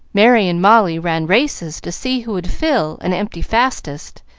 merry and molly ran races to see who would fill and empty fastest,